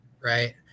right